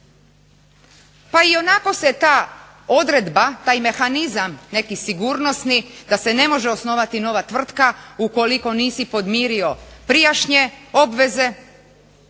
pa ionako se ta odredba, taj mehanizam neki sigurnosni da se ne može osnovati nova tvrtka ukoliko nisi podmirio prijašnje obveze